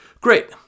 Great